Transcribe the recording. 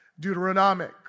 Deuteronomic